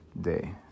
Day